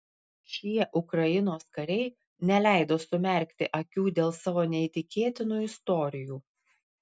šie ukrainos kariai neleido sumerkti akių dėl savo neįtikėtinų istorijų